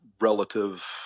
relative